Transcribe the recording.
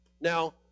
now